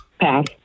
Pass